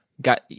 got